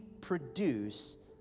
produce